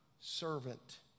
servant